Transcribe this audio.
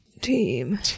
Team